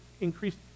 increased